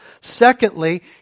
Secondly